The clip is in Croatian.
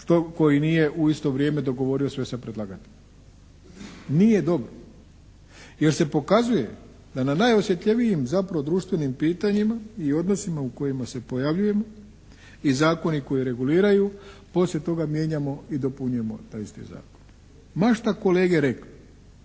tko nije u isto vrijeme dogovorio sve sa predlagateljem. Nije dobro jer se pokazuje da na najosjetljivijim zapravo društvenim pitanjima i odnosima u kojima se pojavljujemo i zakoni koji reguliraju poslije toga mijenjamo i dopunjujemo taj isti zakon. Ma šta kolege rekli